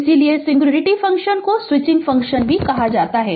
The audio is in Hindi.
इसलिए सिंगुलैरिटी फंक्शन को स्विचिंग फंक्शन भी कहा जाता है